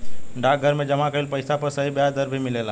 डाकघर में जमा कइल पइसा पर सही ब्याज दर भी मिलेला